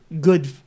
good